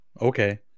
Okay